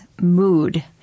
mood